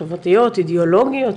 חברתיות, אידיאולוגיות,